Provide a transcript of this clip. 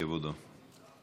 כבודו.